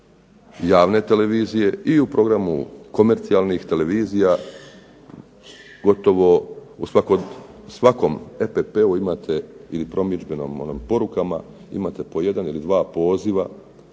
javne televizije i u programu komercijalnih televizija gotovo u svakom EPP-u imate ili promidžbenim onim porukama imate po jedan ili dva poziva